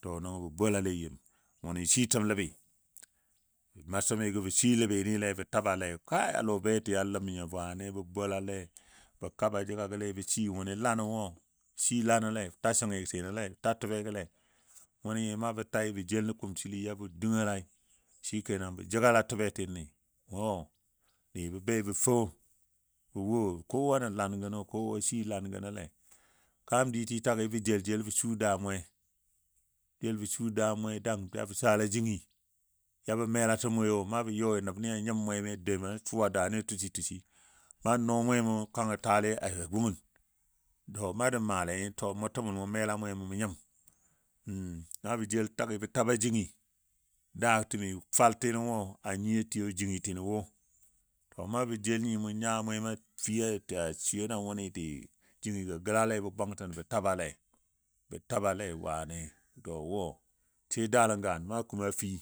To nəngɔ bɔ bolale yemi. Wʊni shitəm ləbi, bə ma sumigo bə shii ləbinile bə tabale kai lɔ beti a ləm nyo wani bə bolale bə kaba jəgagole bə shii wʊni lan wo bə shii lanole bə ta səngitinole ta təbegole wʊni na bə tai bə. Jel nən kumsili yabɔ dəngalai, shike nan bə jəgala təbetini di bə bei bə fou bə wo kowa nən lan gəno kowa shii lan gənole kam diito tagɨ bə jejel bə shu daa mwe yo ɓa sala jingi yɔ bo metə mwewo nabə yɔi nəbni a nyim mwemi a dou bən suwa daani a tushi tushi nan nɔɔ mwemo mo nyim naa bə jel tagi bə taba jingi. Da təmi faltino wo a nyiyo tiyo jingitino wo to na bə jel nyi mu nya mwema fii a suyo na wʊni di jingigo gəlale bə bwantən bə tabale tabale wani to wɔ sai daa nən gan na kuumo a fii.